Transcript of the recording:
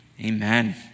Amen